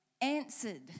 answered